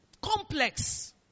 Complex